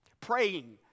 praying